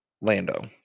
Lando